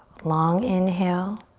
long inhale.